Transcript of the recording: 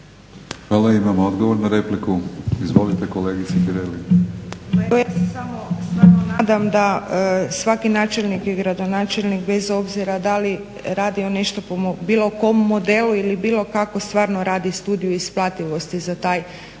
Nansi (Hrvatski laburisti - Stranka rada)** Ja se stvarno nadam da svaki načelnik ili gradonačelnik bez obzira da li radio po bilo kom modelu ili bilo kako stvarno radi studiju isplativosti za taj model